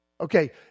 Okay